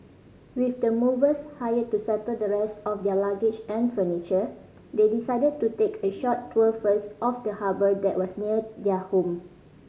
with the movers hired to settle the rest of their luggage and furniture they decided to take a short tour first of the harbour that was near their home